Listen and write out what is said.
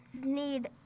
need